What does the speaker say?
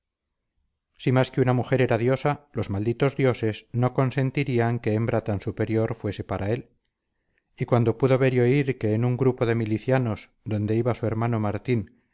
si más que mujer era diosa los malditos dioses no consentirían que hembra tan superior fuese para él y cuando pudo ver y oír que en un grupo de milicianos donde iba su hermano martín